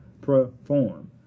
perform